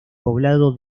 poblado